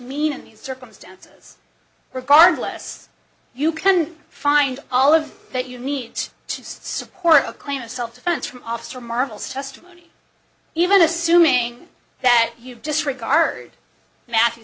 mean in these circumstances regardless you can find all of that you need to support a claim of self defense from officer marvel's testimony even assuming that you disregard